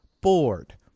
bored